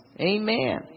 Amen